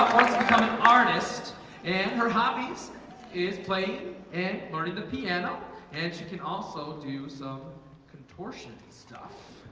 let's become an artist in her hobbies is playing it learning the piano and she can also do some contortion stuff